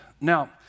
Now